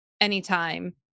anytime